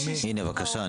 בבקשה,